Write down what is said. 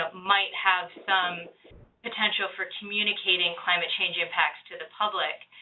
ah might have some potential for communicating climate change impacts to the public.